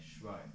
right